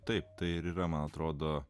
taip tai ir yra man atrodo